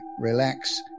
relax